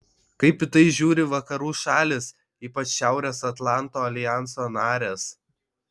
kaip į tai žiūri vakarų šalys ypač šiaurės atlanto aljanso narės